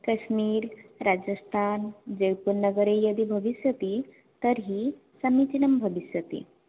कश्मीरे राजस्थाने जयपुर्नगरे यदि भविष्यति तर्हि समीचीनं भविष्यति